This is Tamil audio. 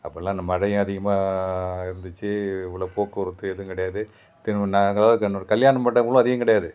அப்பெல்லாம் இந்த மழையும் அதிகமாக இருந்துச்சு உள்ள போக்குவரத்தும் எதுவும் கிடையாது திரும்பி நாங்கள் தான் இன்னாெரு கல்யாண மண்டபமெல்லாம் அதிகம் கிடையாது